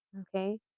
okay